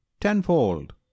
tenfold